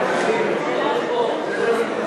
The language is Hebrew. נתקבלה.